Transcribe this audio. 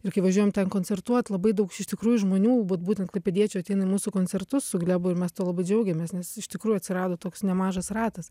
ir kai važiuojam ten koncertuot labai daug iš tikrųjų žmonių vat būtent klaipėdiečių ateina į mūsų koncertus su glebu ir mes tuo labai džiaugiamės nes iš tikrųjų atsirado toks nemažas ratas